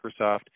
Microsoft